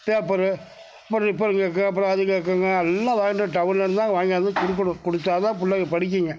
paper அப்புறம் ribbon கேட்கும் அப்புறம் அது கேட்குங்க எல்லாம் வாங்கிகிட்டு டவுன்லேருந்துதான் வாங்கிவந்து கொடுக்கணும் கொடுத்தாதான் பிள்ளைங்க படிக்கும்ங்க